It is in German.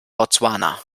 botswana